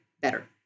better